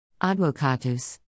Advocatus